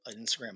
Instagram